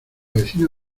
vecina